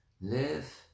live